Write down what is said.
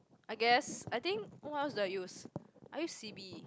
I guess I think what else do I use I use C_B